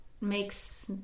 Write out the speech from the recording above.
makes